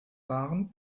waren